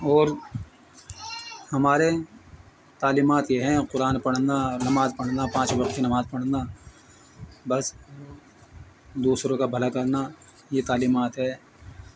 اور ہمارے تعلیمات یہ ہیں قرآن پڑھنا نماز پڑھنا پانچ وقت کی نماز پڑھنا بس دوسروں کا بھلا کرنا یہ تعلیمات ہے